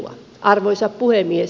arvoisa puhemies